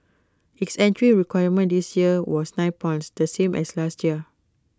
acts entry requirement this year was nine points the same as last year